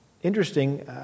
Interesting